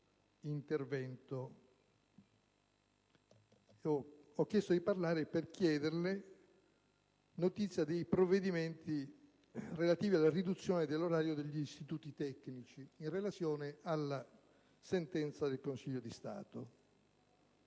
ho chiesto di prendere la parola per chiederle notizie sui provvedimenti relativi alla riduzione dell'orario degli istituti tecnici, in relazione alla nota sentenza del Consiglio di Stato.